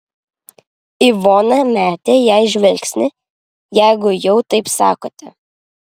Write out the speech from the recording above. ivona metė jai žvilgsnį jeigu jau taip sakote